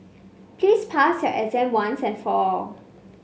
please pass your exam once and for all